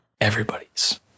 everybody's